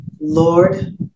Lord